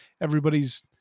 everybody's